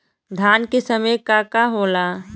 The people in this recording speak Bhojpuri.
धान के समय का का होला?